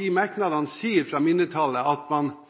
I merknadene fra mindretallet sier man at på grunn av at dette grepet allerede er annonsert, er man